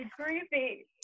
creepy